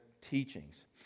teachings